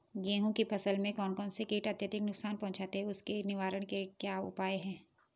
गेहूँ की फसल में कौन कौन से कीट अत्यधिक नुकसान पहुंचाते हैं उसके निवारण के क्या उपाय हैं?